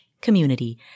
community